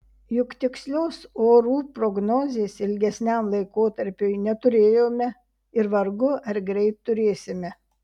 juk tikslios orų prognozės ilgesniam laikotarpiui neturėjome ir vargu ar greit turėsime